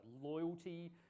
loyalty